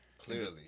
Clearly